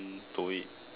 do it